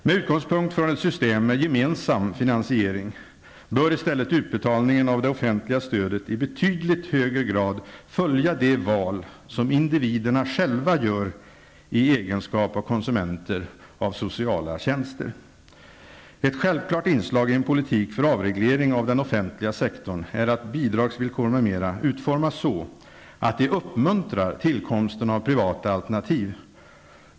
Med utgångspunkt från ett system med gemensam finansiering bör i stället utbetalningen av det offentliga stödet i betydligt högre grad följa de val som individerna själva gör i egenskap av konsumenter av sociala tjänster. Ett självklart inslag i en politik för avreglering av den offentliga sektorn är att bidragsvillkor m.m. utformas så att de uppmuntrar tillkomsten av privata alternativ.